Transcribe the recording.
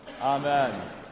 Amen